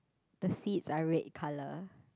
the seeds are red in colour